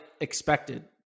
expected